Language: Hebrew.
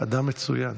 אדם מצוין.